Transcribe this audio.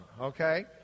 okay